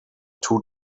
two